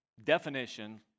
definition